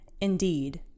indeed